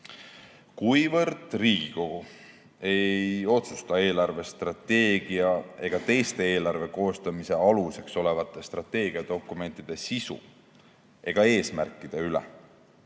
Kuivõrd Riigikogu ei otsusta eelarvestrateegia ega teiste eelarve koostamise aluseks olevate strateegiadokumentide sisu ega eesmärkide üle,